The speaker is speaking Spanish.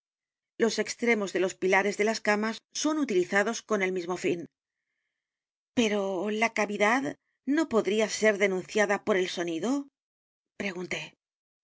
los extremos de los la carta bobada pilares de las camas son utilizados con el mismo fin pero la cavidad no podría ser denunciada por el sonido